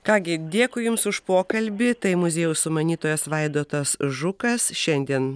ką gi dėkui jums už pokalbį tai muziejaus sumanytojas vaidotas žukas šiandien